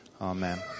Amen